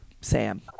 Sam